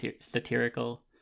satirical